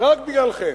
רק בגללכם.